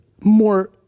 more